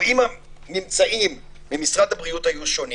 או אם הממצאים ממשרד הבריאות היו שונים,